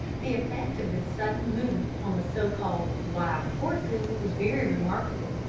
the effect of this sudden movement on the so-called wild horses was very remarkable,